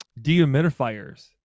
dehumidifiers